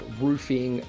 roofing